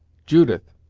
judith,